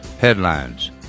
headlines